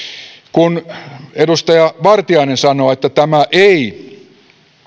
edustaja vartiainen sanoo että tämä ehdotus ei